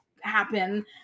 happen